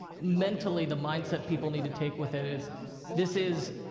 mentally, the mindset people need to take with it is this is,